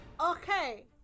Okay